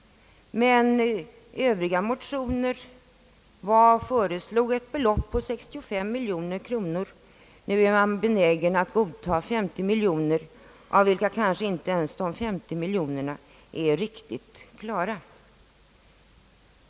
Övriga motioner föreslog ett belopp på 65 miljoner kronor, men nu är motionärerna benägna att godta 50 miljoner kronor, vilken summa inte ens är helt klar.